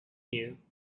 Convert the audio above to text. new